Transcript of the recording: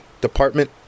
department